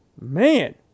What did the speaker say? Man